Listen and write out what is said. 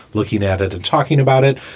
looking at it and talking about it.